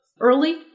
early